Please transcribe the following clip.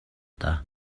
даа